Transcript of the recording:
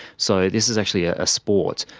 so this is actually a sport.